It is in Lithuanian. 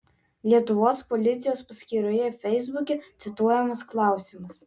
lietuvos policijos paskyroje feisbuke cituojamas klausimas